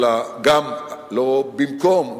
לא במקום,